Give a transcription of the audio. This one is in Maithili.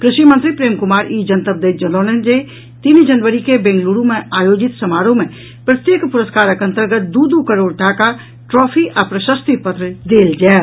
कृषि मंत्री प्रेम कुमार ई जनतब दैत जनौलनि जे तीन जनवरी के बेंगलुरू मे आयोजित समारोह मे प्रत्येक पुरस्कारक अंतर्गत दू दू करोड़ टाका ट्रॉफी आ प्रशस्ति पत्र देल जायत